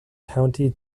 county